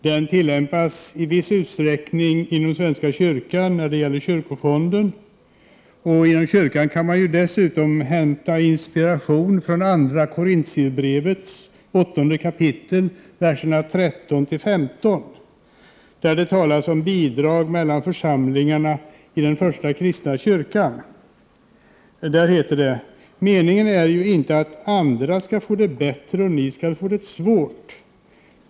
Den tillämpas i viss utsträckning inom svenska kyrkan när det gäller kyrkofonden, och inom kyrkan kan man dessutom hämta inspiration från Andra Korintierbrevet, 8 kap., verserna 13—15. Där talas det om bidrag mellan församlingarna i den första kristna kyrkan: ”Meningen är ju inte att andra skall få det bättre och ni få det svårt.